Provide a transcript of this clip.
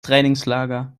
trainingslager